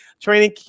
Training –